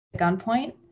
gunpoint